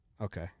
Okay